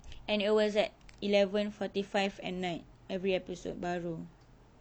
and it was at eleven forty five at night every episode baru